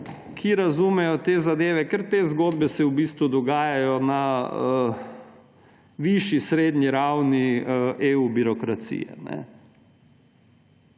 ki razumejo te zadeve, ker te zgodbe se v bistvu dogajajo na višji srednji ravni EU birokracije.